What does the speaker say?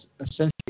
essentially